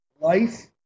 life